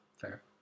fair